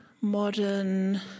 modern